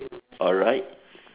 alright